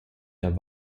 der